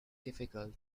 difficult